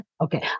okay